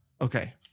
Okay